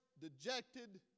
dejected